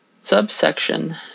Subsection